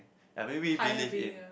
I maybe believe in